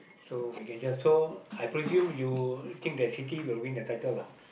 so we can just so I presume you think that City will win the title lah